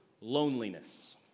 loneliness